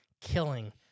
Killing